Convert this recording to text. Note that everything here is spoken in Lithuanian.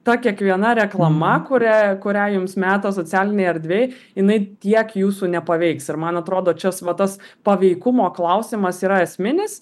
ta kiekviena reklama kuria kurią jums meta socialinėj erdvėj jinai tiek jūsų nepaveiks ir man atrodo čia va tas paveikumo klausimas yra esminis